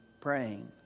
praying